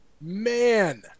Man